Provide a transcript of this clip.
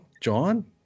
john